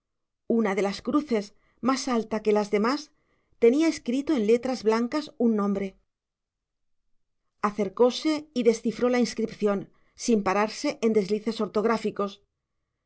una de las cruces más alta que las demás tenía escrito en letras blancas un nombre acercóse y descifró la inscripción sin pararse en deslices ortográficos